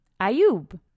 Ayub